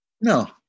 No